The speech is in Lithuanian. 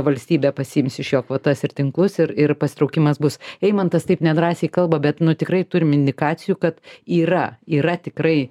valstybė pasiims iš jo kvotas ir tinklus ir ir pasitraukimas bus eimantas taip nedrąsiai kalba bet nu tikrai turim indikacijų kad yra yra tikrai